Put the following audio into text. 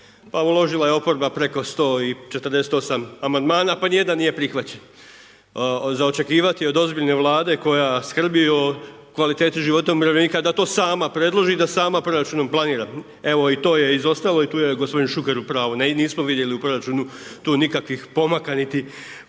Pa uložila je oporba preko 148 amandmana pa nijedan nije prihvaćen. Za očekivati je od ozbiljne Vlade koja skrbi o kvaliteti života umirovljenika da to sama predloži i da sama proračunom planira, evo, i to je izostalo i tu je g. Šuker u pravu, nismo vidjeli u proračunu tu nikakvih pomaka niti povećanja.